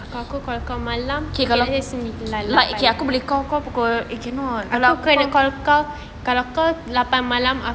K kalau like aku boleh call kau pukul eh cannot